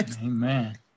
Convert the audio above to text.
Amen